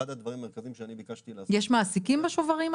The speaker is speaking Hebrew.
אחד הדברים המרכזיים שאני ביקשתי לעשות --- יש מעסיקים בשוברים,